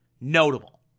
notable